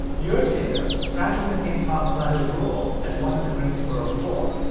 years later, franklin mccain talked about his role as one of the greensboro four,